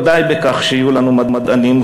לא די בכך שיהיו לנו מדענים,